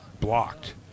blocked